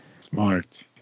Smart